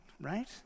right